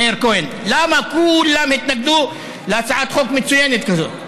מאיר כהן, למה כולם התנגדו להצעת חוק מצוינת כזאת,